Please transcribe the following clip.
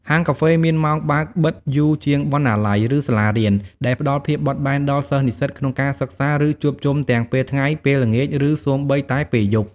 ហាងកាហ្វេមានម៉ោងបើកបិទយូរជាងបណ្ណាល័យ ឬសាលារៀន ដែលផ្ដល់ភាពបត់បែនដល់សិស្សនិស្សិតក្នុងការសិក្សា ឬជួបជុំទាំងពេលថ្ងៃ ពេលល្ងាច ឬសូម្បីតែពេលយប់។